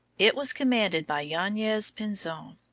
it was commanded by yanez pinzon.